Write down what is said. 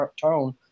tone